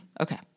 Okay